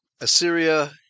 Assyria